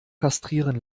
kastrieren